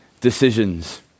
decisions